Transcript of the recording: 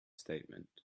statement